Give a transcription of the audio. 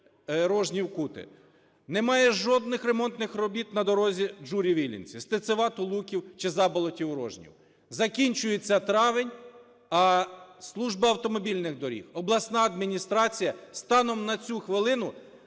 Рожнів-Кути, немає жодних ремонтних робіт на дорозі Джурів – Іллінці, Стецева - Тулуків чи Заболотів - Рожнів. Закінчується травень, а служба автомобільних доріг, обласна адміністрація станом на цю хвилину